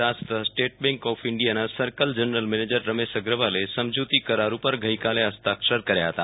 દાસ તથા state bank of ઈન્ડિયાના circle general manager Ramesh અગ્રવાલે સમજૂતી કરાર ઉપર ગઈકાલે હસ્તાક્ષર કર્યા હતા